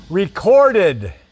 Recorded